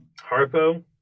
Harpo